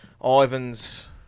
Ivan's